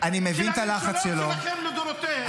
של הממשלות שלכם לדורותיהן.